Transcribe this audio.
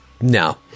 No